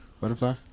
Butterfly